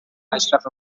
اشرف